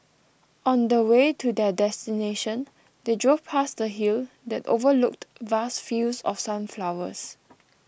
on the way to their destination they drove past a hill that overlooked vast fields of sunflowers